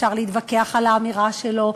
אפשר להתווכח על האמירה שלו,